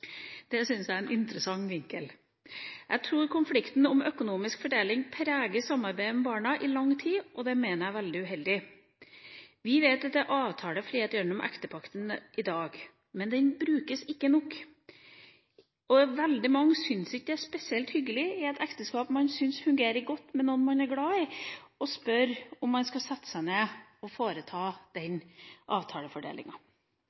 Det syns jeg er en interessant vinkel. Jeg tror konflikten om økonomisk fordeling preger samarbeidet om barna i lang tid, og det mener jeg er veldig uheldig. Vi vet at det er avtalefrihet gjennom ektepakten i dag, men den brukes ikke nok. Veldig mange syns ikke det er spesielt hyggelig i et ekteskap man syns fungerer godt med noen man er glad i, å spørre om man skal sette seg ned og foreta